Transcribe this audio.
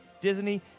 Disney